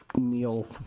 meal